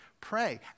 pray